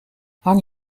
hang